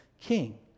king